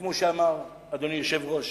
כמו שאמר אדוני היושב-ראש: